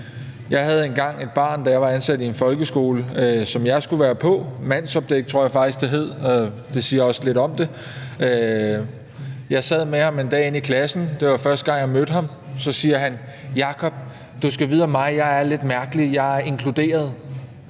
Jeg havde engang, da jeg var ansat i en folkeskole, et barn, som jeg skulle være på, mandsopdække tror jeg faktisk det hed – det siger også lidt om det. Jeg sad med ham en dag inde i klassen, det var første gang, jeg mødte ham, og så sagde han: Jacob, du skal vide om mig, at jeg er lidt mærkelig; jeg er inkluderet.